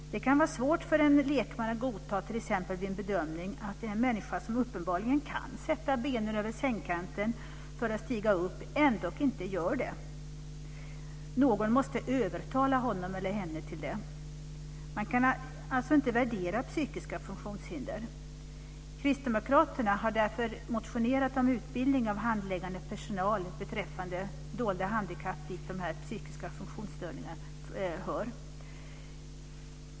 Det kan vara svårt för en lekman att godta t.ex. vid en bedömning att en människa som uppenbarligen kan sätta benen över sängkanten för att stiga upp ändock inte gör det. Någon måste övertala honom eller henne att göra det. Man kan alltså inte värdera psykiska funktionshinder. Kristdemokraterna har därför motionerat om utbildning av handläggande personal beträffande dolda handikapp, dit de psykiska funktionsstörningarna hör.